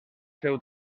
seu